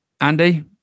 Andy